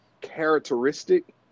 characteristic